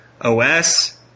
OS